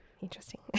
Interesting